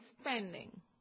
spending